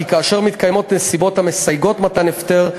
כי כאשר מתקיימות נסיבות המסייגות מתן הפטר,